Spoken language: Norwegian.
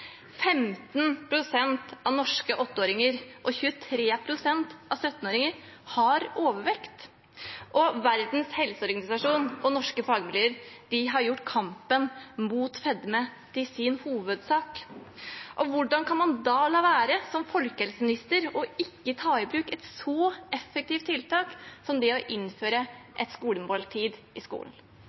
av norske åtteåringer og 23 pst. av 17-åringene er overvektige, og Verdens helseorganisasjon og norske fagmiljøer har gjort kampen mot fedme til sin hovedsak. Hvordan kan man da som folkehelseminister la være å ta i bruk et så effektivt tiltak som det å innføre et skolemåltid i skolen?